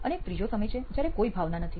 અને એક ત્રીજો સમય છે જયારે કોઈ ભાવના નથી